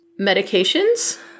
medications